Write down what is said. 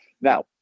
Now